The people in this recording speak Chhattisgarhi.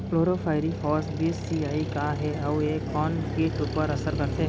क्लोरीपाइरीफॉस बीस सी.ई का हे अऊ ए कोन किट ऊपर असर करथे?